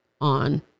on